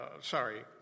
sorry